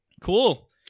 Cool